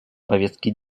повестки